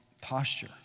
posture